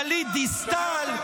גלית דיסטל,